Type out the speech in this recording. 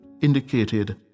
indicated